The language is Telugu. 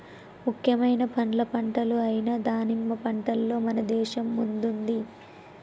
ముఖ్యమైన పండ్ల పంటలు అయిన దానిమ్మ పంటలో మన దేశం ముందుంది